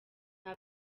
nta